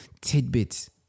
tidbits